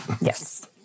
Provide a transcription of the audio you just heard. yes